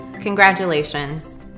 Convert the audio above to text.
Congratulations